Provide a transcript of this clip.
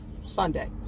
Sunday